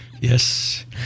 Yes